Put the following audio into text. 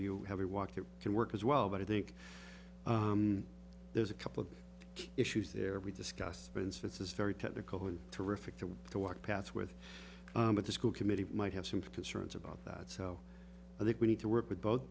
view have a walk that can work as well but i think there's a couple of issues there we discussed for instance this very technical and terrific to to work paths with with the school committee might have some concerns about that so i think we need to work with both